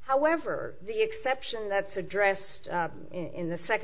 however the exception that's addressed in the second